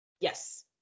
yes